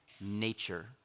nature